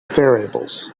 variables